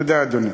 תודה, אדוני.